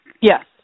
Yes